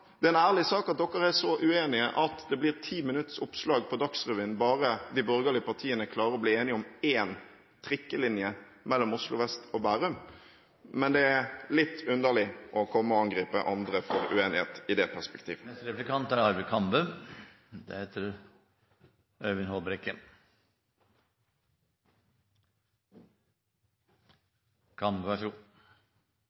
Det er en ærlig sak at de borgerlige partiene er så uenige at det blir 10 minutters oppslag på Dagsrevyen bare fordi de klarer å bli enige om én trikkelinje mellom Oslo vest og Bærum. Men det er litt underlig, i det perspektivet, å komme og angripe andre for uenighet.